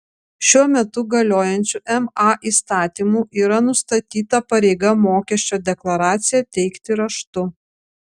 šiuo metu galiojančiu ma įstatymu yra nustatyta pareiga mokesčio deklaraciją teikti raštu